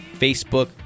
Facebook